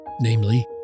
namely